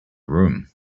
room